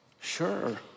Sure